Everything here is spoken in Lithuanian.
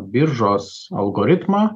biržos algoritmą